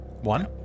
one